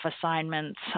assignments